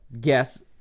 guess